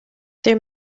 there